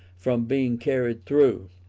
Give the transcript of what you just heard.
from being carried through.